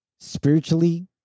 Spiritually